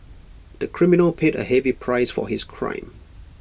the criminal paid A heavy price for his crime